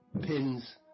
pins